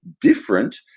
different